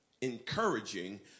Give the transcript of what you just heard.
encouraging